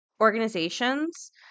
organizations